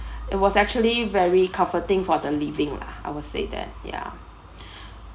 it was actually very comforting for the living lah I would say that yeah